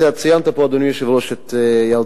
אתה ציינת פה, אדוני היושב-ראש, את ירדנית.